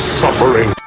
suffering